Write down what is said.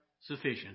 sufficient